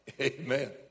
Amen